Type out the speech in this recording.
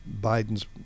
biden's